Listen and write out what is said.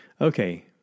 okay